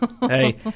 hey